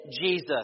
Jesus